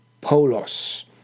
Polos